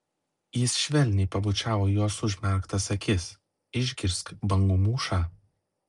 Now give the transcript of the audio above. jis švelniai pabučiavo jos užmerktas akis išgirsk bangų mūšą